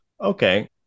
okay